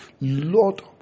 Lord